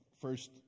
first